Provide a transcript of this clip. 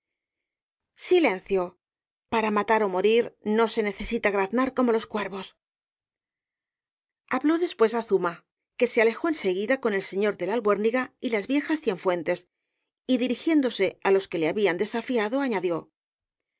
silencio para matar ó morir no se necesita graznar como los cuervos tlabló después á zuma que se alejó en seguida con el señor de la albuérniga y las viejas cienfuentes y dirigiéndose á los que le habían desafiado añadió sí